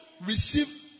receive